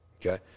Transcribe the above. okay